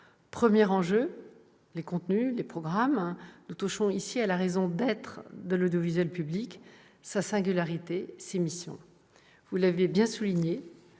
eux, ce sont les contenus et les programmes. Nous touchons ici à la raison d'être de l'audiovisuel public : sa singularité et ses missions. Vous l'avez bien souligné